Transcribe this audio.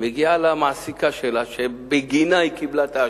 והגיעה למעסיקה שלה, שבגינה היא קיבלה את האשרה,